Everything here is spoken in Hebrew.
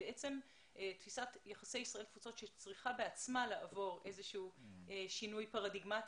תפיסת יחסי ישראל-תפוצות שצריכה בעצמה לעבור איזשהו שינוי פרדיגמטי.